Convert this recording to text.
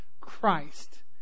Christ